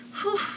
whew